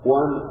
one